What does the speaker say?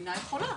המדינה יכולה.